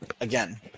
Again